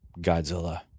godzilla